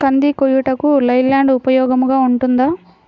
కంది కోయుటకు లై ల్యాండ్ ఉపయోగముగా ఉంటుందా?